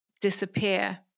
disappear